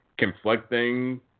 conflicting